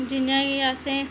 जियां कि असें